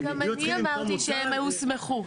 גם אני אמרתי שהם יוסמכו.